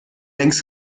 längst